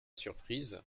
surprise